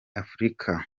afurika